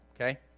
okay